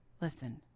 Listen